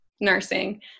nursing